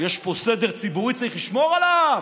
יש פה סדר ציבורי, צריך לשמור עליו.